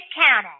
counter